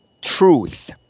truth